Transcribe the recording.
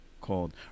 called